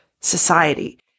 society